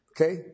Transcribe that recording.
Okay